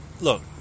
look